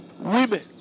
Women